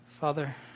Father